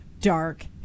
dark